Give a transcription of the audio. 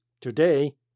today